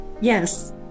Yes